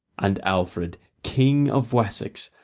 and alfred, king of wessex,